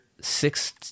six